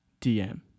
DM